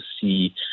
see